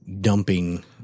dumping